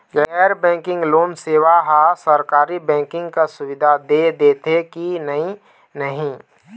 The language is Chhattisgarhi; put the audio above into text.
गैर बैंकिंग लोन सेवा हा सरकारी बैंकिंग कस सुविधा दे देथे कि नई नहीं?